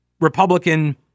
Republican